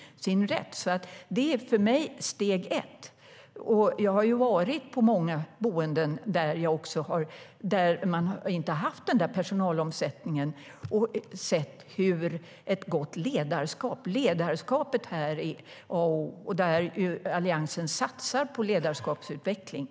För mig är steg ett att titta på det, innan vi börjar plussa på med pengar.